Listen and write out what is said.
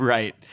Right